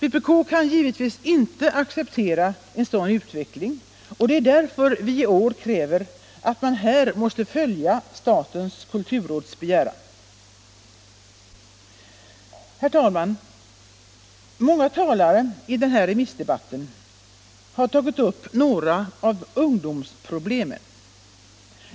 Vpk kan givetvis inte acceptera en sådan utveckling, och det är därför vi i år kräver att man här måste följa statens kulturråds begäran. Herr talman! Många talare i den här allmänpolitiska debatten har tagit upp några av ungdomsproblemen.